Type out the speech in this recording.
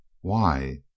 Why